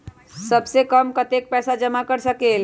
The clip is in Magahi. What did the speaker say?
सबसे कम कतेक पैसा जमा कर सकेल?